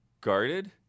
guarded